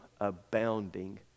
abounding